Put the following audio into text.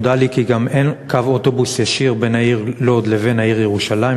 נודע לי כי גם אין קו אוטובוס ישיר בין העיר לוד לבין העיר ירושלים,